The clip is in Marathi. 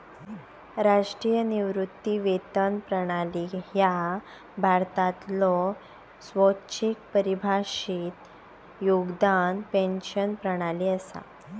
राष्ट्रीय निवृत्ती वेतन प्रणाली ह्या भारतातलो स्वैच्छिक परिभाषित योगदान पेन्शन प्रणाली असा